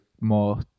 more